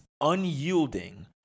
unyielding